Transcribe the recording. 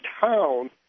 town